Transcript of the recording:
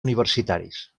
universitaris